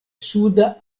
suda